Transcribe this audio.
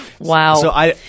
Wow